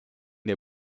der